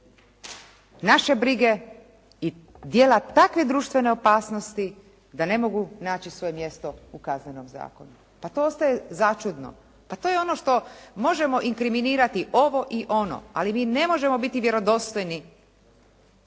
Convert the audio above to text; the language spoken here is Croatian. naše brige i djela takve društvene opasnosti da ne mogu naći svoje mjesto u Kaznenom zakonu. Pa to ostaje začudno. Pa to je ono što možemo inkriminirati ovo i ono, ali mi ne možemo biti vjerodostojni